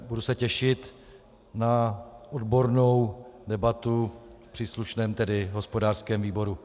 Budu se těšit na odbornou debatu v příslušném hospodářském výboru.